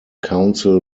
council